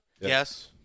Yes